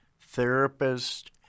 therapist